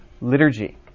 liturgy